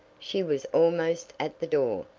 she was almost at the door.